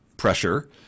pressure